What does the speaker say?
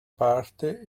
parte